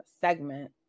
segment